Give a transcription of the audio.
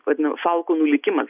vadinamu falkonų likimas